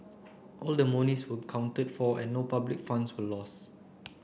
all the monies were accounted for and no public funds were lost